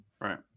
Right